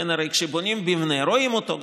כשבונים מבנה רואים אותו,